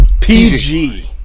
pg